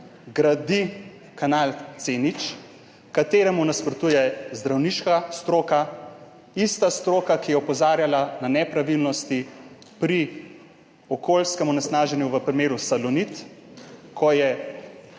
gradi kanal C0, ki mu nasprotuje zdravniška stroka, ista stroka, ki je opozarjala na nepravilnosti pri okoljskem onesnaženju v primeru Salonit, ko je